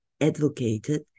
advocated